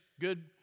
good